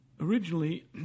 Originally